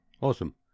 Awesome